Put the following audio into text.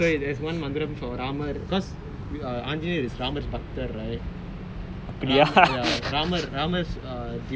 in the dream itself because I know a lot of mantrams right so there's one mantram for Ramar because Anjaneyar is Ramar's பக்தர்:raamars baktar right